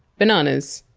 bananas.